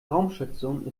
raumstation